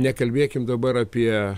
nekalbėkim dabar apie